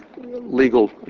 legal